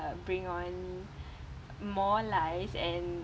uh bring on more lies and